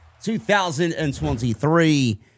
2023